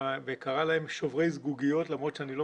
וקרא להם 'שוברי זגוגיות' למרות שאני לא